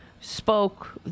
spoke